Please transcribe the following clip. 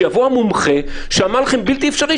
שיבוא המומחה שאמר לכם שזה בלתי אפשרי,